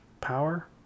power